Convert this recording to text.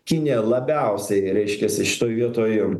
kinija labiausiai reiškiasi šitoj vietoj